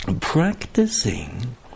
practicing